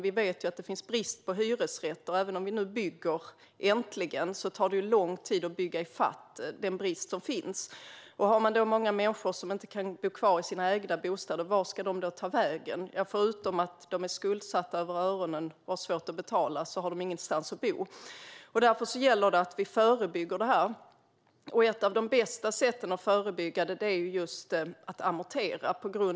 Vi vet ju att det råder brist på hyresrätter, och även om vi nu äntligen bygger hyresrätter tar det lång tid att bygga i fatt den brist som finns. Vart ska de många människor som inte kan bo kvar i sina ägda bostäder ta vägen? Förutom att de är skuldsatta över öronen och har svårt att betala har de ingenstans att bo. Därför gäller det att vi förebygger detta. Ett av de bästa sätten att förebygga är just att amortera.